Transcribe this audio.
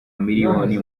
miliyoni